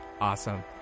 Awesome